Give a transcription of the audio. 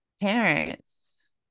parents